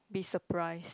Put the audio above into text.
be surprised